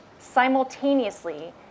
simultaneously